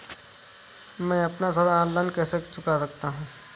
मैं अपना ऋण ऑनलाइन कैसे चुका सकता हूँ?